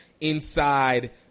inside